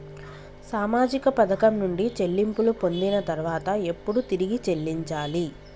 సామాజిక పథకం నుండి చెల్లింపులు పొందిన తర్వాత ఎప్పుడు తిరిగి చెల్లించాలి?